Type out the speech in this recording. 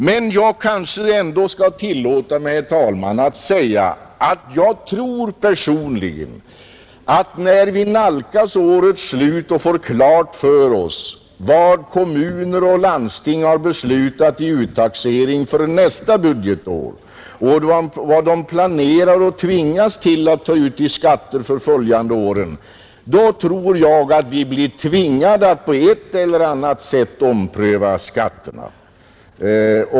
Men jag kanske ändå skall tillåta mig, herr talman, att säga att jag tror personligen att när vi nalkas årets slut och får klart för oss vad kommuner och landsting har beslutat i uttaxering för nästa budgetår, vad de planerar och tvingas till att ta ut i skatter, då blir det helt enkelt nödvändigt för oss att på ett eller annat sätt ompröva skatterna.